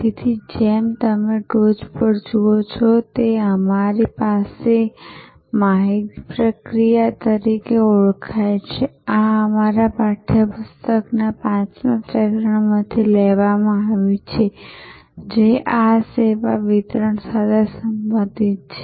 તેથી જેમ તમે ટોચ પર જુઓ છો તે અમારી પાસે માહિતી પ્રક્રિયા તરીકે ઓળખાય છે આ અમારા પાઠ્યપુસ્તકના 5મા પ્રકરણમાંથી લેવામાં આવ્યું છે જે આ સેવા વિતરણ સાથે સંબંધિત છે